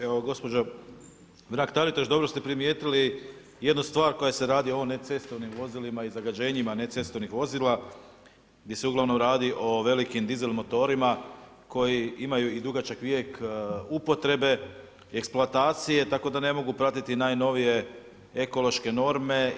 Evo gospođo Mrak-Taritaš, dobro ste primijetili jednu stvar koja se radi o necestovnim vozilima i zagađenjima necestovnih vozila gdje se uglavnom radi o velikim dizel motorima koji imaju i dugačak vijek upotrebe eksploatacije tako da ne mogu pratiti najnovije ekološke norme.